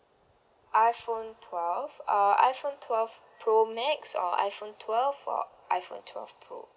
iphone twelve uh iPhone twelve pro max or iPhone twelve or iPhone twelve pro